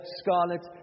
scarlet